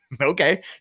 Okay